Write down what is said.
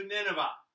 Nineveh